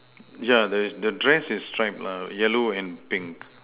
yeah the the dress is stripe lah yellow and pink